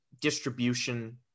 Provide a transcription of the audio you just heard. distribution